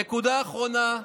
הנקודה האחרונה: